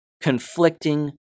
conflicting